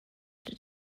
did